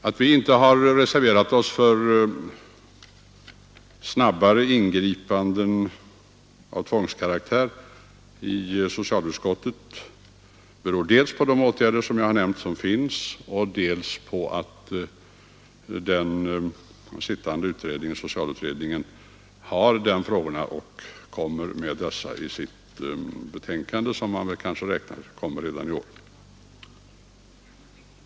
Att vi i socialutskottet inte reserverat oss för snabbare ingripanden av tvångskaraktär beror dels på att sådana möjligheter — som jag tidigare nämnde — redan finns, dels på att den sittande socialutredningen behandlar dessa frågor och enligt vad man räknar med kommer med sitt betänkande redan i år.